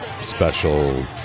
special